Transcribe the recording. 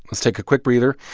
let's take a quick breather.